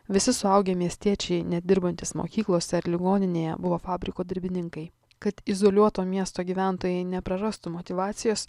visi suaugę miestiečiai nedirbantys mokyklose ar ligoninėje buvo fabriko darbininkai kad izoliuoto miesto gyventojai neprarastų motyvacijos